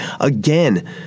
Again